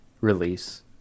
release